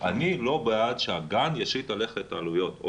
אני לא בעד שהגן ישית על ההורים את העלויות,